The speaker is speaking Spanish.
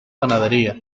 ganadería